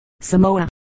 Samoa